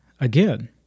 again